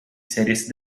series